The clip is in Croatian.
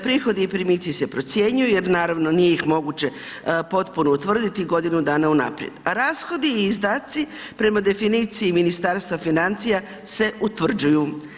Prihodi i primici se procjenjuju jer naravno nije ih moguće potpuno utvrditi godinu dana unaprijed, a rashodi i izdaci prema definiciji Ministarstva financija se utvrđuju.